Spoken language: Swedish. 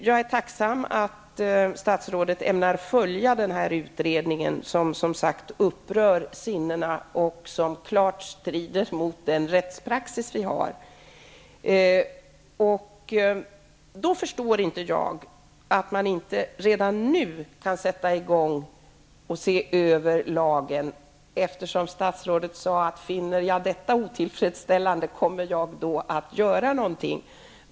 Jag är tacksam för att statsrådet ämnar följa utredningen, som upprör sinnena och som klart strider mot den rättspraxis vi har. Jag förstår inte varför man inte redan nu kan sätta i gång med att se över lagen. Statsrådet sade ju att om hon finner detta otillfredsställande kommer hon att göra något.